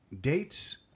Dates